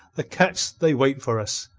the cats they wait for us!